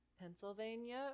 Pennsylvania